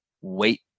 wait